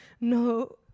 no